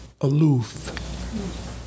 aloof